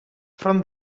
from